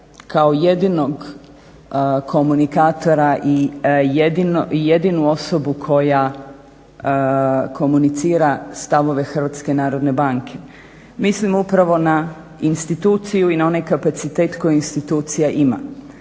kao jedinog komunikatora i jedinu osobu koja komunicira stavove HNB. Mislim upravno na instituciju i na onaj kapacitet koji institucija ima.